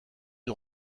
une